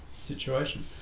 situation